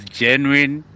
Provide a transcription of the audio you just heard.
genuine